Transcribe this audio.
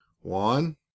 One